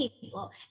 people